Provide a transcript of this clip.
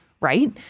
Right